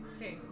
Okay